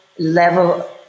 level